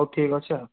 ହଉ ଠିକ୍ ଅଛି ଆଉ